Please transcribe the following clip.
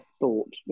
thought